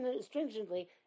stringently